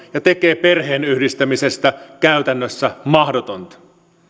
ja tekee perheenyhdistämisestä käytännössä mahdotonta